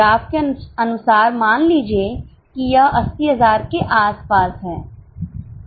graph के अनुसार मान लीजिए कि यह 80000 के आसपास है